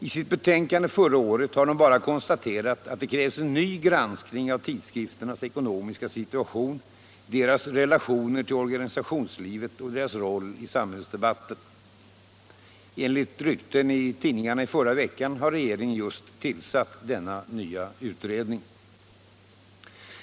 I sitt betänkande förra året har den bara konstaterat att det krävs en ny granskning av tidskrifternas ekonomiska situation, deras relationer till organisationslivet och deras roll i samhällsdebatten. Enligt rykten i tidningarna i förra veckan har regeringen just tillsatt denna nya utredning.